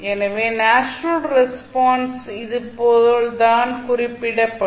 எனவே natural response இதுபோல் தான் குறிப்பிடப்படும்